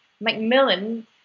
macmillan